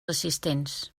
assistents